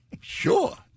Sure